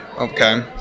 okay